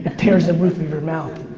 tears the roof of your mouth.